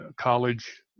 college